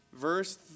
verse